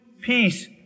peace